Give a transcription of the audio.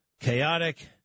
chaotic